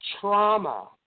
trauma